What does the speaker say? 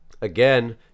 Again